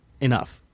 enough